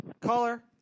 Caller